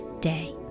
day